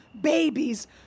babies